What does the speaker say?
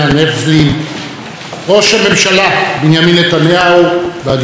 ראש הממשלה בנימין נתניהו והגברת שרה נתניהו,